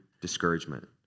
discouragement